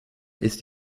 ist